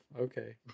okay